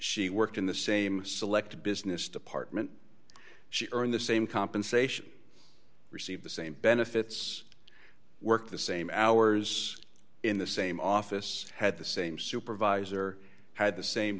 she worked in the same select business department she earned the same compensation receive the same benefits work the same hours in the same office had the same supervisor had the same